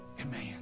Amen